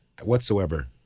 whatsoever